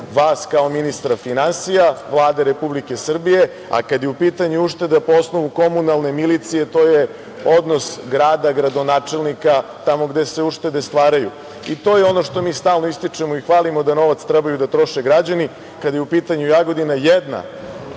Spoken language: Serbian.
vas kao ministra finansija, Vlade Republike Srbije, a kada je u pitanju ušteda po osnovu komunalne milicije, to je odnos grada, gradonačelnika, tamo gde se uštede stvaraju. To je ono što mi stalno ističemo i hvalimo da novac treba da troše građani. Kada je u pitanju Jagodina, jedna